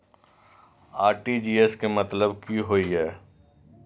RTGS के मतलब की होय ये?